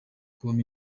kubamo